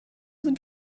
sind